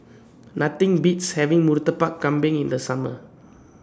Nothing Beats having Murtabak Kambing in The Summer